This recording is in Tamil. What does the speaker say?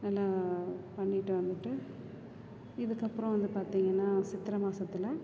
நல்லா பண்ணிவிட்டு வந்துட்டு இதுக்கப்புறம் வந்து பார்த்தீங்கன்னா சித்தரை மாதத்துல